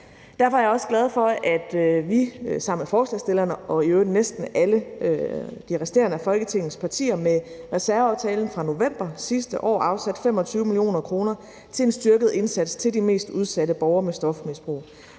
Derfor er jeg også glad for, at vi sammen med forslagsstillerne og i øvrigt næsten alle de resterende folketingspartier med reserveaftalen fra november sidste år afsatte 25 mio. kr. til en styrket indsats for de mest udsatte borgere med stofmisbrug.